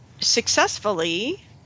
Successfully